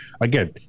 Again